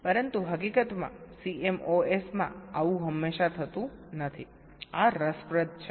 પરંતુ હકીકતમાં CMOS માં આવું હંમેશા થતું નથી આ રસપ્રદ છે